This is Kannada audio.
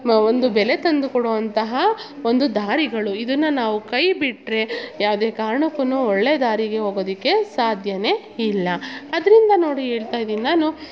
ಒಂದು ಬೆಲೆ ತಂದು ಕೊಡುವಂತಹ ಒಂದು ದಾರಿಗಳು ಇದನ್ನ ನಾವು ಕೈ ಬಿಟ್ಟರೆ ಯಾವುದೆ ಕಾರ್ಣಕ್ಕು ಒಳ್ಳೆ ದಾರಿಗೆ ಹೋಗೋದಕ್ಕೆ ಸಾಧ್ಯನೇ ಇಲ್ಲ ಅದರಿಂದ ನೋಡಿ ಹೇಳ್ತಾಯಿದಿನ್ ನಾನು